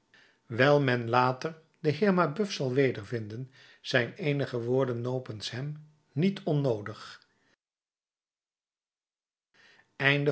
wijl men later den heer mabeuf zal wedervinden zijn eenige woorden nopens hem niet onnoodig